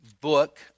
book